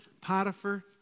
Potiphar